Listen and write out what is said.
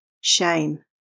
Shame